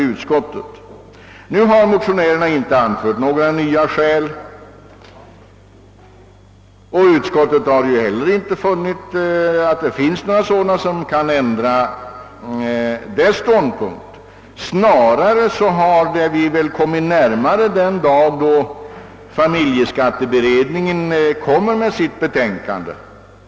Motionärerna har nu inte anfört några nya skäl, och utskottet har inte heller funnit någon anledning att ändra sin ståndpunkt. Snarare har vi väl kommit närmare den dag när familjeskatteberedningen skall framlägga sitt be tänkande.